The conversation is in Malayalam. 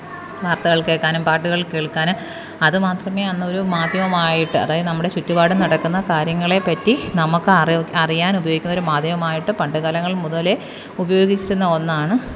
വാര്ത്തകള് കേക്കാനും പാട്ടുകള് കേള്ക്കാൻ അത് മാത്രമേ അന്നൊരു മാധ്യമമായിട്ട് അതായത് നമ്മുടെ ചുറ്റുപാടും നടക്കുന്ന കാര്യങ്ങളെപ്പറ്റി നമുക്ക് അറിയാൻ അറിയാൻ ഉപയോഗിക്കുന്നൊരു മാധ്യമമായിട്ട് പണ്ട് കാലങ്ങള് മുതലേ ഉപയോഗിച്ചിരുന്ന ഒന്നാണ്